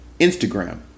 Instagram